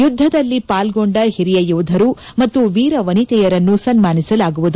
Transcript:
ಯುದ್ದದಲ್ಲಿ ಪಾಲ್ಗೊಂಡ ಹಿರಿಯ ಯೋಧರು ಮತ್ತು ವೀರವನಿತೆಯನ್ನು ಸನ್ಮಾನಿಸಲಾಗುವುದು